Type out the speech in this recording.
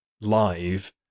live